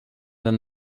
than